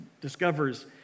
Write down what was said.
discovers